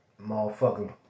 motherfucker